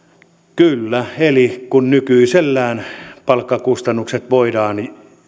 kyllä eli kun nykyisellään palkkakustannukset voidaan